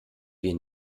wir